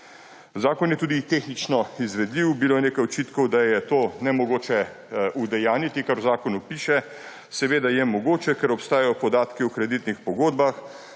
Zakon je tudi tehnično izvedljiv. Bilo je nekaj očitkov, da je to nemogoče udejanjiti, kar v zakonu piše. Seveda je mogoče, ker obstajajo podatki o kreditnih pogodbah!